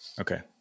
Okay